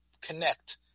connect